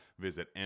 visit